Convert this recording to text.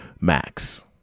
max